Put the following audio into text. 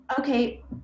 okay